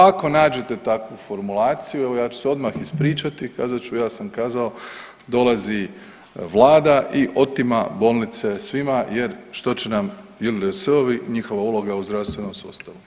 Ako nađete takvu formulaciju evo ja ću se odmah ispričati i kazat ću ja sam kazao dolazi vlada i otima bolnice svima jer što će nam JLS-ovi, njihova uloga u zdravstvenom sustavu.